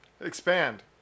Expand